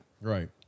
Right